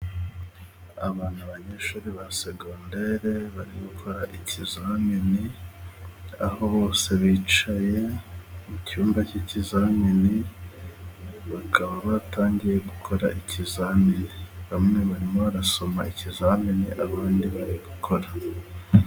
Aba ni abanyeshuri ba segonndere bari gukora ikizamini. Aho bose bicaye mu cyumba cy'ikizamini bakaba batangiye gukora ikizamini. Bamwe barimo barasoma ikizamini abandi bari gukora.